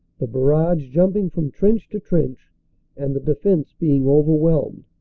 the barrage jumping from trench to trench and the de fense being overwhelmed.